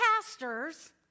pastors